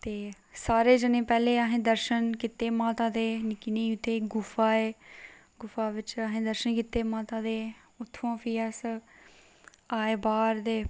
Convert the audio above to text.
ते सारें जने पैह्लें असें दर्शन कीते माता दे निक्की नेही उत्थै गुफा ऐ गुफा बिच असें दर्शन कीते माता दे उत्थुआं फिर अस आए बाह्र ते